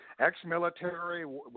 ex-military